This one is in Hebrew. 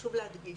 חשוב להדגיש,